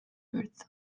earth